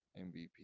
MVP